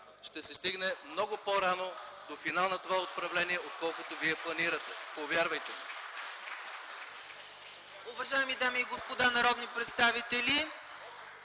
ще се стигне много по-рано до финала на това управление, отколкото вие планирате, повярвайте